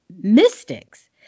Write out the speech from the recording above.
Mystics